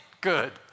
good